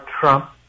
Trump